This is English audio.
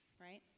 right